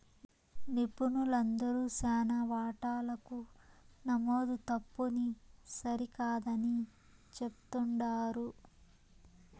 నిపుణులందరూ శానా వాటాలకు నమోదు తప్పుని సరికాదని చెప్తుండారు